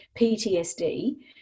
ptsd